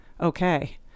okay